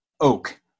oak